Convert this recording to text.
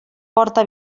porta